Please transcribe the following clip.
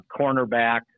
cornerback